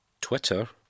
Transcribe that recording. Twitter